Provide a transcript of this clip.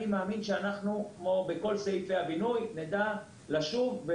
אני מאמין שאנחנו נדע לשוב,